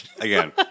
Again